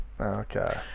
Okay